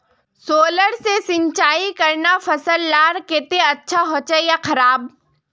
Solar से सिंचाई करना फसल लार केते अच्छा होचे या खराब?